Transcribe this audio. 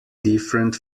different